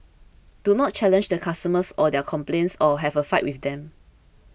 do not challenge the customers or their complaints or have a fight with them